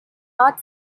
art